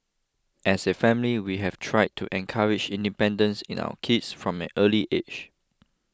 as a family we have tried to encourage independence in our kids from an early age